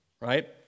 Right